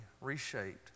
reshaped